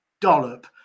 dollop